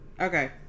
Okay